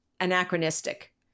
anachronistic